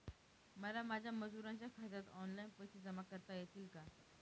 मला माझ्या मजुरांच्या खात्यात ऑनलाइन पैसे जमा करता येतील का?